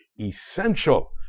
essential